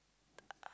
uh